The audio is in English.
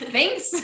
Thanks